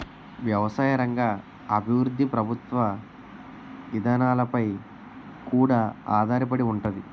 ఎవసాయ రంగ అభివృద్ధి ప్రభుత్వ ఇదానాలపై కూడా ఆధారపడి ఉంతాది